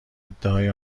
ادعای